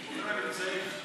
ברוכים הנמצאים.